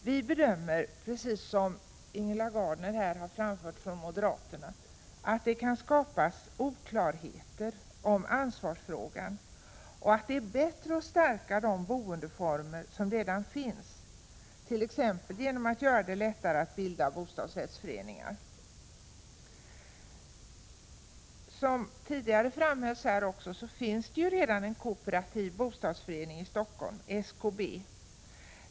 Vi anser liksom moderaterna att det kan uppstå oklarheter om ansvarsfrågan och att det är bättre att stärka de boendeformer som redan finns, t.ex. genom att göra det lättare att bilda bostadsrättsföreningar. Som Ingela Gardner framhöll finns det redan en kooperativ bostadsförening i Stockholm, SKB.